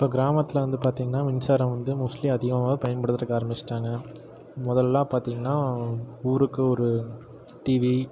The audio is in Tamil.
இப்போ கிராமத்தில் வந்து பார்த்திங்கன்னா மின்சாரம் வந்து மோஸ்ட்லி அதிகமாக பயன்படுத்துகிறக்கு ஆரம்பிச்சிட்டாங்கள் மொதல்லலாம் பார்த்திங்கன்னா ஊருக்கு ஒரு டிவி